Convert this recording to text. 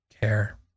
care